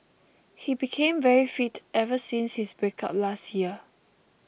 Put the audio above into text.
he became very fit ever since his breakup last year